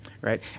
Right